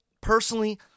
personally